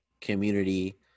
community